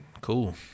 cool